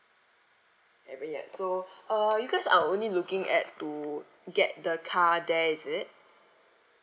haven't yet so uh you guys are only looking at to get the car there is it